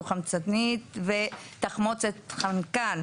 דו-חמצני ותחמוצת חנקו,